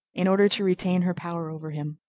in order to retain her power over him.